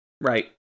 right